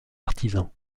artisans